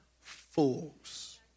fools